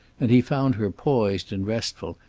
and he found her poised and restful,